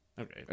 Okay